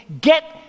get